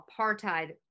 apartheid